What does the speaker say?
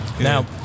Now